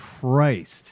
Christ